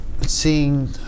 seeing